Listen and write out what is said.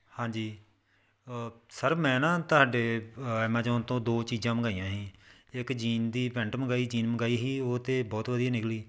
ਹਾਂਜੀ ਸਰ ਮੈਂ ਨਾ ਤੁਹਾਡੇ ਐਮਜ਼ੋਨ ਤੋਂ ਦੋ ਚੀਜ਼ਾਂ ਮੰਗਾਈਆਂ ਸੀ ਇੱਕ ਜੀਨ ਦੀ ਪੈਂਟ ਮੰਗਾਈ ਜੀਨ ਮੰਗਾਈ ਸੀ ਉਹ ਤਾਂ ਬਹੁਤ ਵਧੀਆ ਨਿਕਲੀ